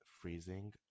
freezing